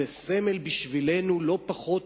זה סמל בשבילנו לא פחות